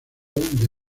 the